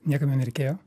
niekam jo nereikėjo